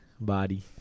body